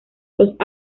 los